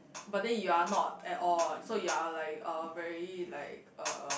but then you are not at all so you are like uh very like um